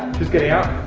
she's getting out?